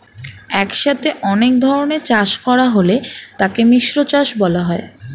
একসাথে অনেক ধরনের চাষ করা হলে তাকে মিশ্র চাষ বলা হয়